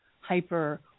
hyper